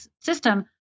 system